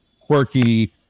quirky